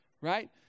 right